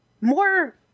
more